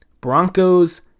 Broncos